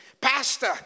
Pastor